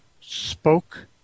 spoke